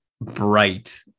bright